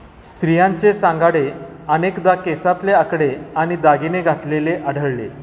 स्त्रियांचे सांगाडे अनेकदा केसातले आकडे आणि दागिने घातलेले आढळले